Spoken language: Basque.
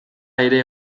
ere